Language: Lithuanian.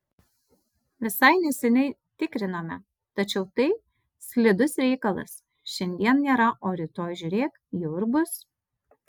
visai neseniai tikrinome tačiau tai slidus reikalas šiandien nėra o rytoj žiūrėk jau ir bus